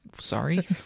Sorry